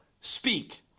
Speak